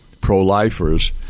pro-lifers